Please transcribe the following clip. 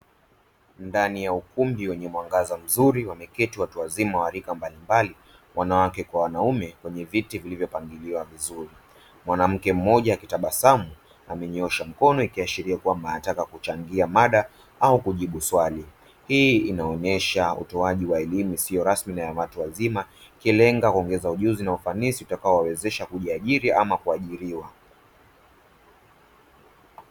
Ndani ya ukumbi wenye mwangaza mzuri, wameketi watu wazima wa rika mbalimbaali mbalimbali, wanawake kwa wanaume, kwenye viti vilivyopangiliwa vizuri. Mwanamke mmoja akitabasamu, amenyoosha mkono ikimaanisha kwamba anataka kuchangia mada au kujibu swali. Hii inaonyesha utoaji wa elimu isiyo rasmi na ya watu wazima ikilenga kuongeza ujuzi na ufanisi utakaowawezesha kujiajiri ama kuajiriwa.